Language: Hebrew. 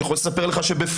אני יכול לספר לך שבפלורידה,